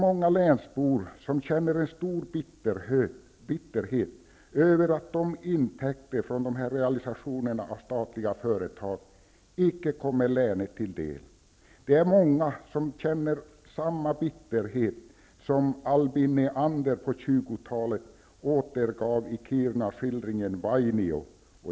Många länsbor känner också en stor bitterhet över att intäkterna från dessa realisationer av statliga företag icke kommer länet till del. Det är många som känner samma bitterhet som Albin Neander på 20-talet redogjorde för i Kirunaskildringen ''Vainio''.